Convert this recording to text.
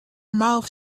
mouth